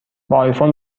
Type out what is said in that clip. آیفون